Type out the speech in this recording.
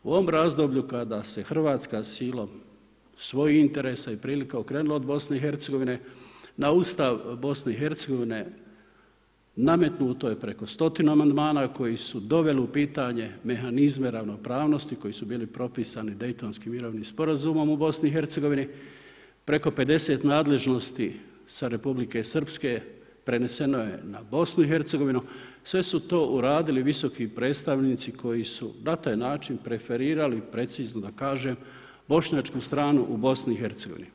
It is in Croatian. U ovom razdoblju kada se Hrvatska silom svojih interesa i prilika okrenula od BiH-a, na Ustav BiH-a nametnuto je preko stotinu amandmana koji su doveli u pitanje mehanizme ravnopravnosti koji su bili propisani Daytonskim mirovnim sporazumom u BiH-u, preko nadležnost sa Republike Srpske preneseno je na BiH-a, sve su to uradili visoki predstavnici koji su na taj način preferirali precizno da kažem, bošnjačku stranu u BiH-a.